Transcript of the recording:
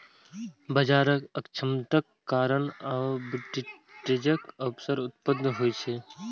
बाजारक अक्षमताक कारण आर्बिट्रेजक अवसर उत्पन्न होइ छै